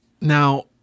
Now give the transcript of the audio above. Now